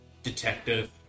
detective